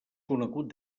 conegut